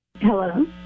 Hello